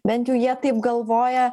bent jau jie taip galvoja